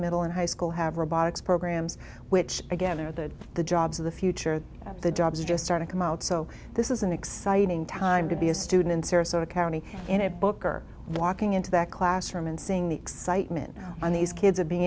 middle and high school have robotics programs which again are the the jobs of the future the jobs just start to come out so this is an exciting time to be a student in sarasota county in a book or walking into that classroom and seeing the excitement on these kids and being